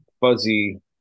fuzzy